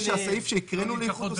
העסקאות נלקחות בחשבון,